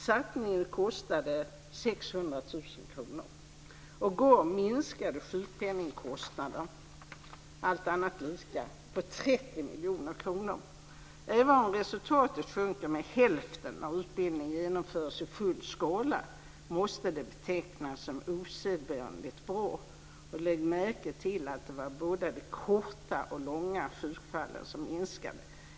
Satsningen kostade 600 000 kr och gav minskade sjukpenningkostnader, allt annat lika, på 30 miljoner. Även om resultatet sjunker med hälften när utbildningen genomförs i full skala måste det betecknas som osedvanligt bra. Och lägg märke till att det var både de korta och långa sjukfallen som minskade.